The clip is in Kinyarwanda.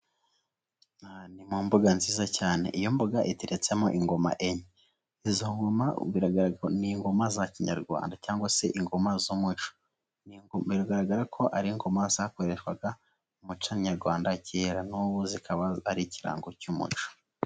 Ni mu mbuga nziza cyane, iyo mbuga iteretsemo ingoma enye, izo ngoma biragaragara ni ingoma za kinyarwanda cyangwa se ingoma z'umuco, bigaragara ko ari ingoma zakoreshwaga mu muco nyarwanda kera n'ubu zikaba ari ikirango cy'umuco.